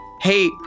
Hey